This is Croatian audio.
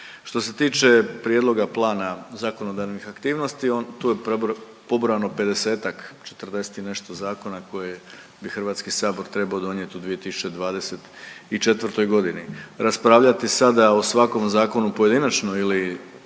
Što se tiče prijedloga plana zakonodavnih aktivnosti tu je pobrojano 50-ak, 40 i nešto zakona koje bi Hrvatski sabor trebao donijet u 2024. godini. Raspravljati sada o svakom zakonu pojedinačno ili